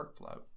workflow